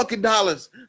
dollars